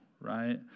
right